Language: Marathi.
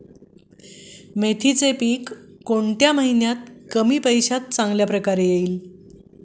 मेथीचे कोणत्या महिन्यात कमी पैशात चांगल्या प्रकारे पीक येईल?